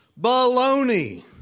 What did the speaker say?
Baloney